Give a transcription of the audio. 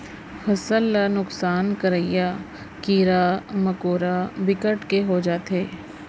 फसल ल नुकसान करइया कीरा मकोरा बिकट के हो जाथे